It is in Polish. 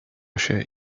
się